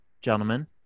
gentlemen